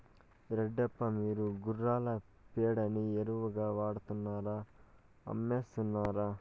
రెడ్డప్ప, మీరు గుర్రాల పేడని ఎరువుగా వాడుతున్నారా అమ్మేస్తున్నారా